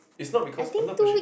it's not because I'm not pushing